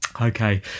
Okay